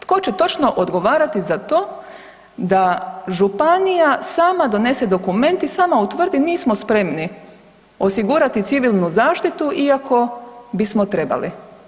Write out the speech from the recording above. Tko će točno odgovarati za to da županija sama donese dokument i sama utvrdi nismo spremni osigurati Civilnu zaštitu iako bismo trebali.